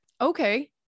Okay